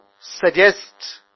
suggest